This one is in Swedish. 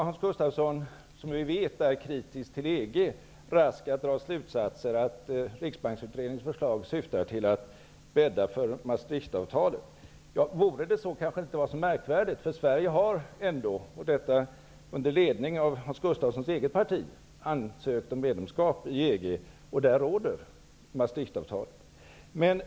Hans Gustafsson, som vi vet är kritisk till EG, var rask att dra slutsatsen att Riksbanksutredningens förslag syftar till att bädda för Maastrichtavtalet. Vore det så kanske det inte vore så märkvärdigt. Sverige har ändå, och detta under ledning av Hans EG, och där råder Maastrichtavtalet.